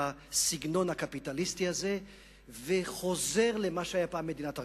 הסגנון הקפיטליסטי הזה וחוזר למה שהיתה פעם מדינת הרווחה.